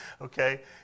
Okay